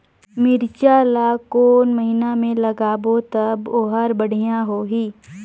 मिरचा ला कोन महीना मा लगाबो ता ओहार बेडिया होही?